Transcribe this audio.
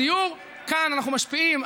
מכפר סבא לקרני שומרון ולקנות שם דירה,